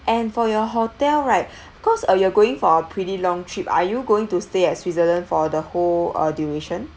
and for your hotel right cause uh you're going for a pretty long trip are you going to stay at switzerland for the whole uh duration